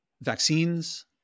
vaccines